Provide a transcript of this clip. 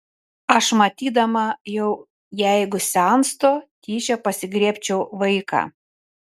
aš matydama jau jeigu senstu tyčia pasigriebčiau vaiką